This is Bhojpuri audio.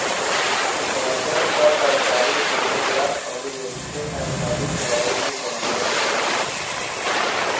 सैजन कअ तरकारी बनेला अउरी एसे आयुर्वेदिक दवाई भी बनावल जाला